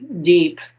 deep